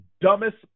dumbest